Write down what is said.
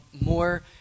more